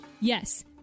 Yes